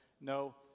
No